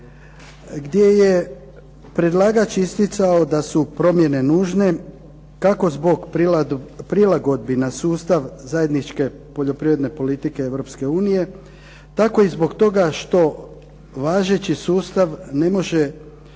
gdje je predlagač isticao da su promjene nužne kako zbog prilagodbi na sustav zajedničke politike Europske unije, tako i zbog toga što važeći sustav ne može